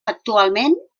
actualment